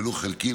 ולו חלקי,